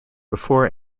before